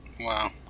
Wow